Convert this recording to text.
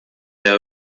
der